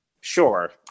sure